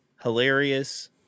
hilarious